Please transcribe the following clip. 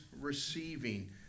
receiving